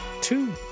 two